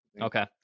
Okay